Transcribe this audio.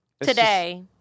today